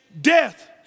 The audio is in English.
death